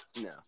No